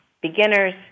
beginners